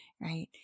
right